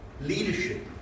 leadership